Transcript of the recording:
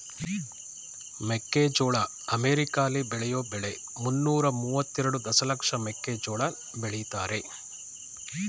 ಮೆಕ್ಕೆಜೋಳ ಅಮೆರಿಕಾಲಿ ಬೆಳೆಯೋ ಬೆಳೆ ಮುನ್ನೂರ ಮುವತ್ತೆರೆಡು ದಶಲಕ್ಷ ಮೆಕ್ಕೆಜೋಳ ಬೆಳಿತಾರೆ